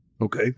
Okay